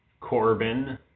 Corbin